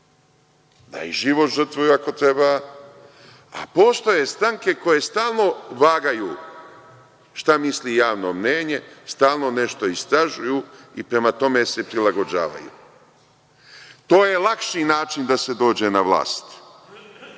da i život žrtvuju ako treba, a postoje stranke koje stalno vagaju šta misli javno mnenje, stalno nešto istražuju i prema tome se prilagođavaju. To je lakši način da se dođe na vlast,